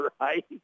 Right